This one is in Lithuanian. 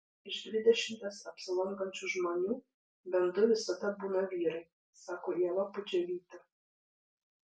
iš dvidešimties apsilankančių žmonių bent du visada būna vyrai sako ieva pudževytė